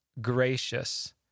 gracious